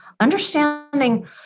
understanding